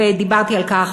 ודיברתי על כך,